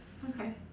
okay